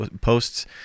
posts